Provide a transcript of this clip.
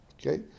Okay